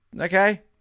okay